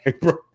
Bro